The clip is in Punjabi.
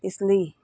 ਇਸ ਲਈ